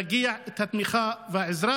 במקום את התמיכה והעזרה